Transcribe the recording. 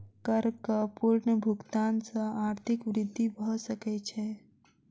करक पूर्ण भुगतान सॅ आर्थिक वृद्धि भ सकै छै